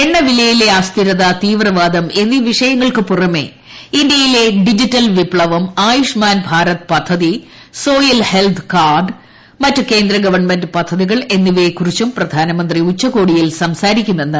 എണ്ണ വിലയിലെ അസ്ഥിരത തീവ്രവാദം എന്നീ് വിഷയങ്ങൾക്ക് പുറമെ ഇന്ത്യയിലെ ഡിജിറ്റൽ വിപ്തവം ആയുഷ്മാൻ ഭാരത് പദ്ധതി സോയിൽ ഹെൽത്ത് കാർഡ് മറ്റ് കേന്ദ്ര ഗവൺമെന്റ് പദ്ധതികൾ എന്നിവയെക്കുറിച്ചും പ്രധാനമന്ത്രി ഉച്ചകോടിയിൽ സംസാരിക്കുമെന്ന് ശ്രീ